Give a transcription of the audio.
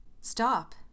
Stop